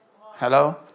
hello